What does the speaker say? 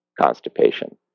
constipation